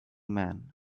man